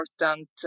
important